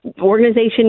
organization